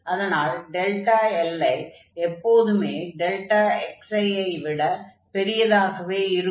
அதனால் li எப்போதுமே xi ஐ விட பெரிதாகவே இருக்கும்